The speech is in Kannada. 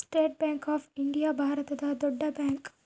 ಸ್ಟೇಟ್ ಬ್ಯಾಂಕ್ ಆಫ್ ಇಂಡಿಯಾ ಭಾರತದ ದೊಡ್ಡ ಬ್ಯಾಂಕ್